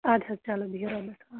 اَدٕ حظ چلو بِہو رۄبَس حوالہٕ